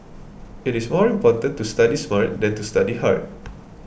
it is more important to study smart than to study hard